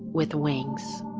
with wings